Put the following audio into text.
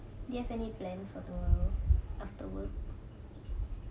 do you have any plans for tomorrow after work